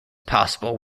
possible